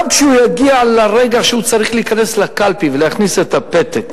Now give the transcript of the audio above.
גם כשהוא יגיע לרגע שהוא צריך להיכנס לקלפי ולהכניס את הפתק